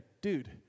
dude